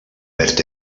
verd